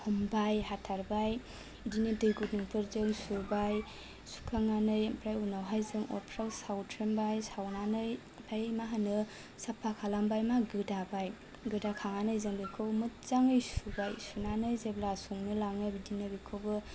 हमबाय हाथारबाय बिदिनो दै गुदुंफोरजों सुबाय सुखांनानै आमफ्राय उनाव हाय जों अरफ्राव सावथ्रोमबाय सावनानै आमफाय मा होनो साफा खालामबाय मा गोदाबाय गोदाखांनानै जों बेखौ मोजाङै सुबाय सुनानै जेब्ला संनो लाङो बिदिनो बेखौबो